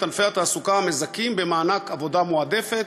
ענפי התעסוקה המזכים במענק עבודה מועדפת,